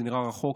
זה נראה רחוק,